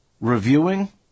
reviewing